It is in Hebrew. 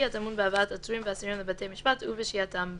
הטמון בהבאת עצורים ואסירים לבתי משפט ובשהייתם בהם.